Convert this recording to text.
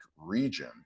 region